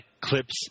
clips